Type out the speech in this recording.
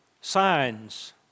signs